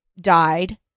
died